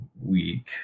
week